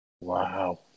Wow